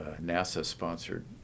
NASA-sponsored